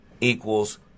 equals